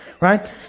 right